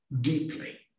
deeply